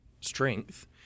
strength